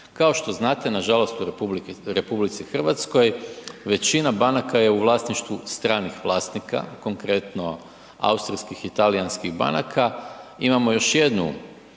Kao što znate, nažalost u RH većina banaka je u vlasništvu stranih vlasnika, konkretno austrijskih i talijanskih banaka imamo još jednu